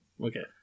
Okay